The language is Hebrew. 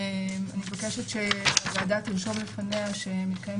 שאני מבקשת שהוועדה תרשום לפניה שמתקיים